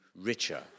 richer